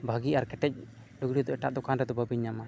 ᱵᱷᱟᱹᱜᱤᱭᱟᱜ ᱠᱮᱴᱮᱡ ᱞᱩᱜᱽᱲᱤ ᱫᱚ ᱮᱴᱟᱜ ᱫᱚᱠᱟᱱ ᱨᱮᱫᱚ ᱵᱟᱵᱤᱱ ᱧᱟᱢᱟ